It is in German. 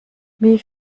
wie